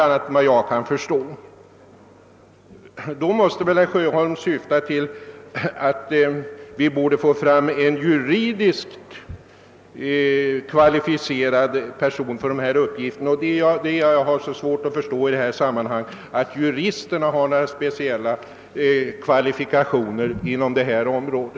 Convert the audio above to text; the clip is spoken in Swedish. Herr Sjöholm måste alltså mena, att vi borde ha en juridiskt högt kvalificerad person för dessa uppgifter. Jag har dock mycket svårt att förstå att juristerna skulle ha några speciella kvalifikationer på detta område.